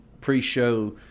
pre-show